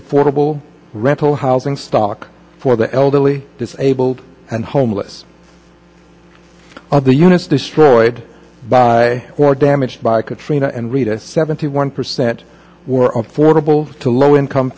affordable rental housing stock for the elderly disabled and homeless of the units destroyed by or damaged by katrina and rita seventy one percent were affordable to low income